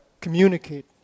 communicate